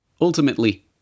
Ultimately